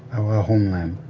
our homeland.